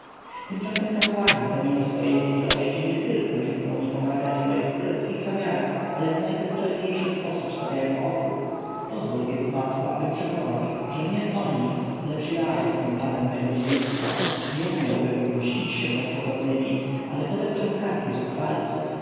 tymczasem kapłani pomimo swojej mądrości nietylko nie chcą mi pomagać w moich królewskich zamiarach ale w najbezczelniejszy sposób stawiają opór pozwól więc matko abym przekonał ich że nie oni lecz ja jestem panem mego dziedzictwa nie umiałbym mścić się nad pokornymi ale podepczę karki zuchwalców